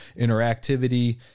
interactivity